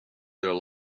their